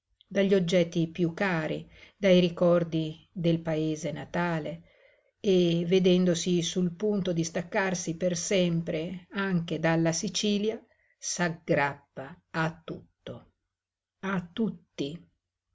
dagli oggetti piú cari dai ricordi del paese natale e vedendosi sul punto di staccarsi per sempre anche dalla sicilia s'aggrappa a tutto a tutti